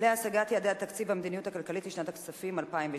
להשגת יעדי התקציב והמדיניות הכלכלית לשנת הכספים 2002)